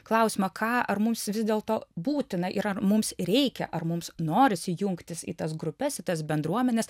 klausimą ką ar mums vis dėlto būtina yra ar mums reikia ar mums norisi jungtis į tas grupes į tas bendruomenes